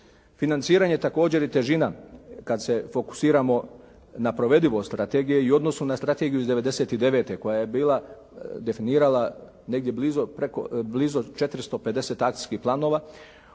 Financiranje također i težina kad se fokusiramo na provedivost strategije i u odnosu na strategiju iz 99. koja je bila definirala negdje blizu preko 450 akcijskih planova